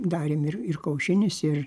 darėm ir ir kaušinis ir